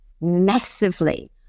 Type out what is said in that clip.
massively